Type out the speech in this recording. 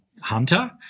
hunter